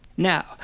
Now